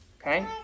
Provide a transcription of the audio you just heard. Okay